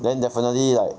then definitely like